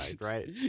Right